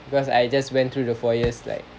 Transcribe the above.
because I just went through the four years like